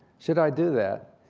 should i do that?